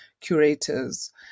curators